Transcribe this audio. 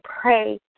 pray